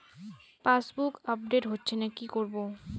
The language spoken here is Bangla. পাসবুক আপডেট হচ্ছেনা কি করবো?